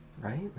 Right